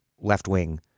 left-wing